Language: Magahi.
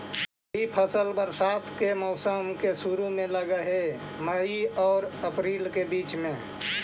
खरीफ फसल बरसात के मौसम के शुरु में लग हे, मई आऊ अपरील के बीच में